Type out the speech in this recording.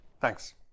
thanks